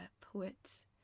poets